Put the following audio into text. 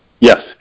yes